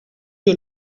you